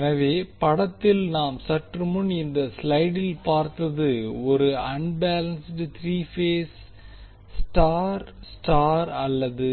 எனவே படத்தில் நாம் சற்றுமுன் இந்த ஸ்லைடில் பார்த்தது ஒரு unbalanced three phase star star அல்லது